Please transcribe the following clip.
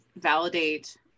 validate